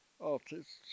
artists